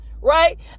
Right